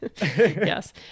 Yes